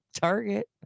target